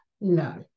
No